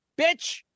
Bitch